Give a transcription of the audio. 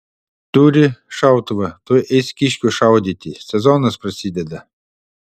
turi šautuvą tuoj eis kiškių šaudyti sezonas prasideda